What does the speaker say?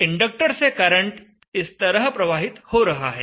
inductor से current इस तरह प्रवाहित हो रहा है